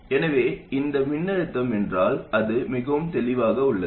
எனவே இந்த மின்னழுத்தம் என்றால் அது மிகவும் தெளிவாக உள்ளது